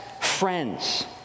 friends